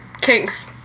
kinks